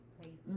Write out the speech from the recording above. places